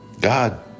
God